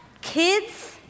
kids